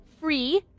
free